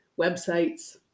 websites